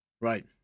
Right